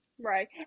Right